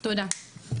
תודה.